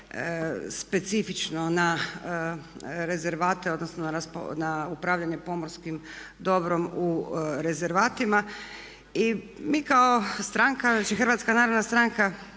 specifično na rezervate, odnosno na upravljanje pomorskim dobrom u rezervatima. I mi kao stranka, znači HNS nešto posebno